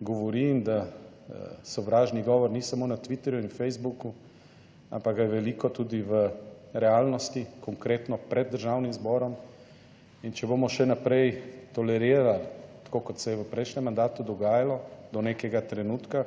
govori in da sovražni govor ni samo na Twitterju in Facebooku, ampak ga je veliko tudi v realnosti, konkretno pred Državnim zborom in če bomo še naprej tolerirali tako kot se je v prejšnjem mandatu dogajalo do nekega trenutka,